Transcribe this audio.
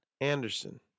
Anderson